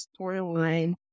storyline